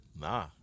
Nah